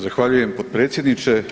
Zahvaljujem potpredsjedniče.